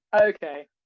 Okay